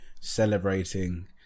celebrating